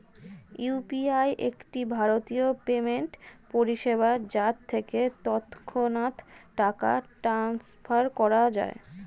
UPI একটি ভারতীয় payment পরিষেবা যার থেকে তৎক্ষণাৎ টাকা ট্রান্সফার করা যায়